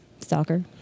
Stalker